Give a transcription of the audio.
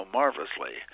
marvelously